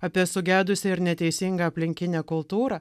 apie sugedusią ir neteisingą aplinkinę kultūrą